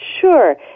Sure